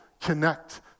connect